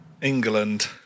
England